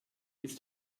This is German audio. ist